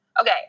Okay